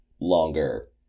longer